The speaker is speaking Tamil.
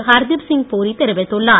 ஹர்தீப்சிங் புரி தெரிவித்துள்ளார்